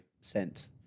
sent